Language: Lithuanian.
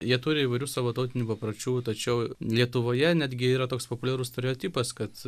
jie turi įvairių savo tautinių papročių tačiau lietuvoje netgi yra toks populiarus stereotipas kad